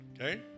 okay